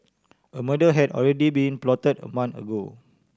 a murder had already been plotted a month ago